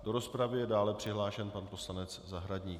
Do rozpravy je dále přihlášen pan poslanec Zahradník.